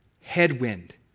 headwind